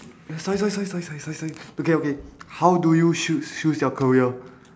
eh sorry sorry sorry sorry sorry sorry okay okay how do you choose choose your career